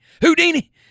Houdini